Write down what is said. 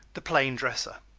the plain dresser